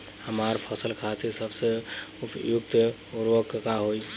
हमार फसल खातिर सबसे उपयुक्त उर्वरक का होई?